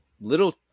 little